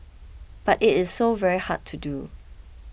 but it is so very hard to do